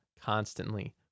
Constantly